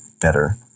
better